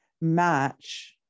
match